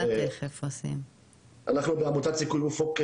אנחנו בעמותת סיכוי-אופוק,